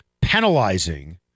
penalizing